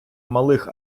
малих